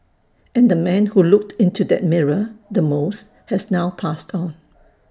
and the man who looked into that mirror the most has now passed on